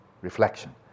reflection